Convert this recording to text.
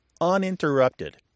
uninterrupted